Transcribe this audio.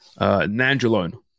Nandrolone